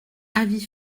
avis